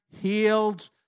healed